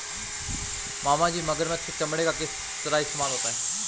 मामाजी मगरमच्छ के चमड़े का किस तरह इस्तेमाल होता है?